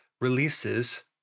releases